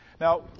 Now